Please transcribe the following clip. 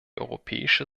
europäische